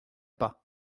pas